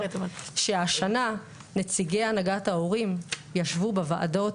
שהשנה נציגי הנהגת ההורים ישבו בוועדות